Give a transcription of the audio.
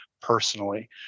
personally